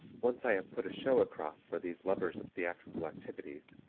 once i have put a show across for these lovers of theatrical activities,